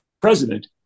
president